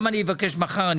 גם אני ממשיך את זה מחר אני